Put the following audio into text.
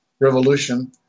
revolution